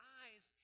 eyes